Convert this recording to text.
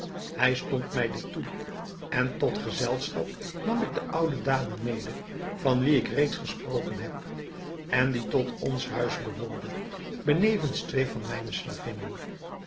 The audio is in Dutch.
hij stond mij dit toe en tot gezelschap nam ik de oude dame mede van wien ik reeds gesproken heb en die tot ons huis behoorde benevens twee van mijne